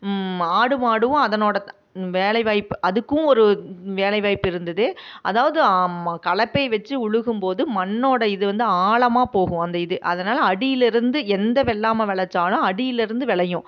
ஆடு மாடும் அதனோட த வேலை வாய்ப்பு அதுக்கும் ஒரு வேலை வாய்ப்பு இருந்தது அதாவது அ ம கலப்பை வெச்சு உழுகும் போது மண்ணோட இது வந்து ஆழமாக போகும் அந்த இது அதனால அடியிலிருந்து எந்த வெள்ளாமை விளைஞ்சாலும் அடிலிருந்து விளையும்